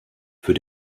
für